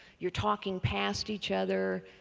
you're talking past each other.